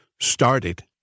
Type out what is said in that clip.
started